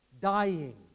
dying